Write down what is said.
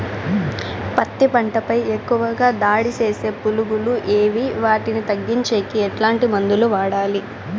పత్తి పంట పై ఎక్కువగా దాడి సేసే పులుగులు ఏవి వాటిని తగ్గించేకి ఎట్లాంటి మందులు వాడాలి?